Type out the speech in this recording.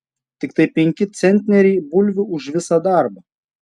tiktai penki centneriai bulvių už visą darbą